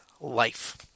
life